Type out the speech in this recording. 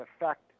effect